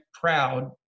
proud